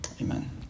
Amen